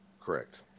Correct